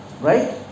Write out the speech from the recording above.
right